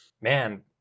man